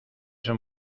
son